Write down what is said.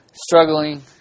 Struggling